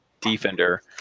defender